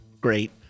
great